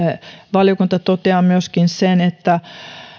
valiokunta toteaa myöskin sen että